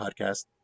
podcast